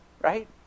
right